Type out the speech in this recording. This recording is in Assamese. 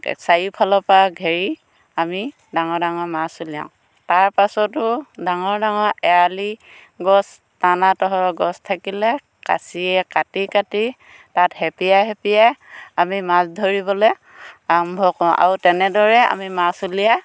চাৰিওফালৰ ঘেৰি আমি ডাঙৰ ডাঙৰ মাছ উলিয়াওঁ তাৰপিছতো ডাঙৰ ডাঙৰ এৰালি গছ টানা গছ থাকিলে কাঁচিৰে কাটি কাটি তাত খেপিয়াই খেপিয়াই আমি মাছ ধৰিবলে আৰম্ভ কৰোঁ আৰু তেনেদৰে আমি মাছ উলিয়াই